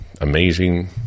Amazing